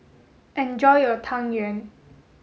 enjoy your tang yuen